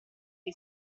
che